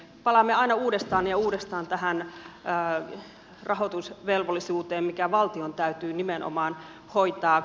palaamme aina uudestaan ja uudestaan tähän rahoitusvelvollisuuteen mikä valtion täytyy nimenomaan hoitaa